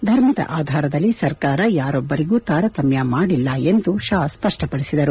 ಧರ್ಮದ ಆಧಾರದಲ್ಲಿ ಸರ್ಕಾರ ಯಾರೊಬ್ಬರಿಗೂ ತಾರತಮ್ನ ಮಾಡಿಲ್ಲ ಎಂದು ಶಾ ಸ್ಪಷ್ಪಡಿಸಿದರು